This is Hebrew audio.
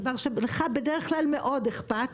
דבר שלך בדרך כלל מאוד אכפת,